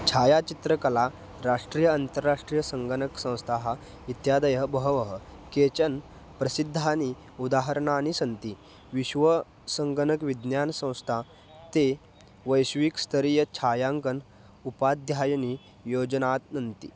छायाचित्रकला राष्ट्रीय अन्ताराष्ट्रीयसङ्गणकसंस्थाः इत्यादयः बहवः केचन् प्रसिद्धानि उदाहरणानि सन्ति विश्वसङ्गणकः विज्ञानसंस्था ते वैश्विकः स्तरीयछायाङ्कनम् उपाध्यायनी योजनाः सन्ति